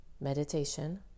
Meditation